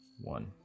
one